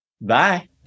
Bye